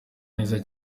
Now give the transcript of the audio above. neza